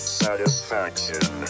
satisfaction